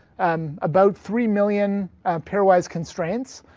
and about three million pair-wise constraints.